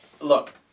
Look